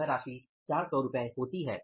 यह राशि 400 होती है